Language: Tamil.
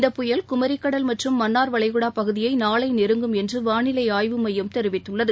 இந்த புயல் குமி கடல் மற்றும் மன்னார் வளைகுடா பகுதியை நாளை நெருங்கும் என்று வானிலை ஆய்வு மையம் தெரிவித்துள்ளது